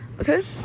Okay